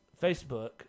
Facebook